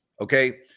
Okay